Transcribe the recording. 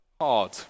hard